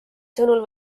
sõnul